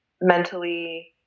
mentally